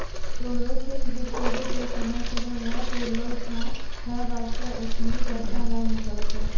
तोहरो fixed deposit रो समय सीमा नै पुरलो छौं है बास्ते एखनी पैसा नै निकलतौं